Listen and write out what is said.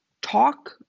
talk